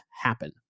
happen